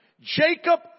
Jacob